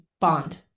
Bond